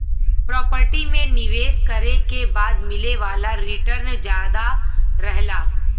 property में निवेश करे के बाद मिले वाला रीटर्न जादा रहला